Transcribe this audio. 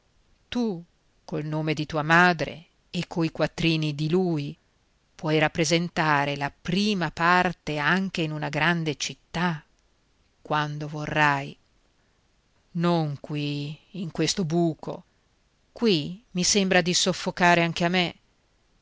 tu col nome di tua madre e coi quattrini di lui puoi rappresentare la prima parte anche in una grande città quando vorrai non qui in questo buco qui mi sembra di soffocare anche a me